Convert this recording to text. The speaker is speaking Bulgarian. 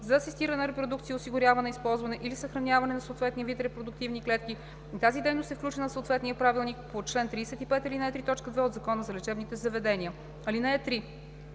за асистирана репродукция, осигуряване, използване или съхраняване на съответния вид репродуктивни клетки и тази дейност е включена в съответния правилник по чл. 35, ал. 3, т. 2 от Закона за лечебните заведения. (3)